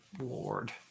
Lord